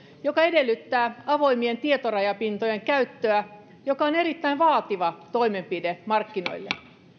joka edellyttää avoimien tietorajapintojen käyttöä joka on erittäin vaativa toimenpide markkinoille